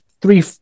three